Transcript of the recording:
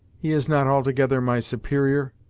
he is not altogether my superior?